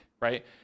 right